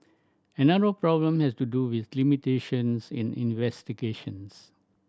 another problem has to do with limitations in investigations